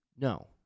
No